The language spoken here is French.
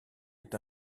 est